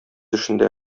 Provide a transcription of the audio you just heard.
эшендә